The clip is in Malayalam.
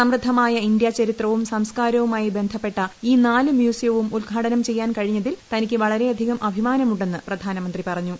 സമൃദ്ധമായ ഇന്ത്യാ ചരിത്രവും സംസ്കാരവുമായി ബന്ധപ്പെട്ട ഈ നാല് മ്യൂസിയവും ഉദ്ഘാടനം ചെയ്യാൻ കഴിഞ്ഞതിൽ തനിക്ക് വളരെയധികം അഭിമാനമുണ്ടെന്ന് പ്രധാനമന്ത്രി പറഞ്ഞു